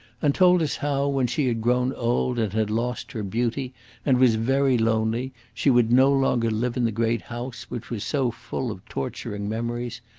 and told us how, when she had grown old and had lost her beauty and was very lonely, she would no longer live in the great house which was so full of torturing memories,